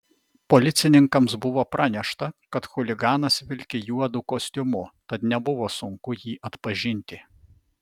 policininkams buvo pranešta kad chuliganas vilki juodu kostiumu tad nebuvo sunku jį atpažinti